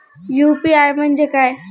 UPI म्हणजे काय?